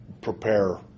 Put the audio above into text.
prepare